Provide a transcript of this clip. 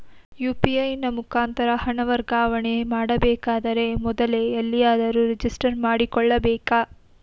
UPI ನ ಮುಖಾಂತರ ಹಣ ವರ್ಗಾವಣೆ ಮಾಡಬೇಕಾದರೆ ಮೊದಲೇ ಎಲ್ಲಿಯಾದರೂ ರಿಜಿಸ್ಟರ್ ಮಾಡಿಕೊಳ್ಳಬೇಕಾ?